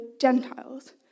Gentiles